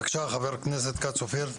בבקשה, חבר הכנסת אופיר כץ,